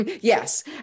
Yes